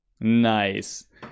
Nice